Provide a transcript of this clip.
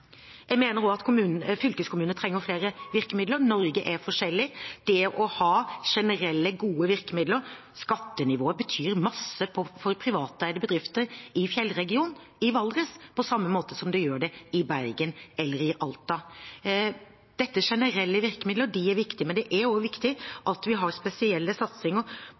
Jeg mener også at fylkeskommunene trenger flere virkemidler. Norge er forskjellig. Det å ha generelle, gode virkemidler er viktig. Skattenivået betyr mye for privateide bedrifter i fjellregionen i Valdres, på samme måte som det gjør det i Bergen og i Alta. Men det er også viktig at vi har spesielle satsinger